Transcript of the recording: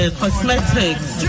cosmetics